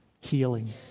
healing